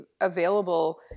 available